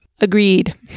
Agreed